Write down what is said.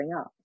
up